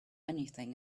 anything